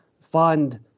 fund